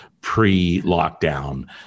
pre-lockdown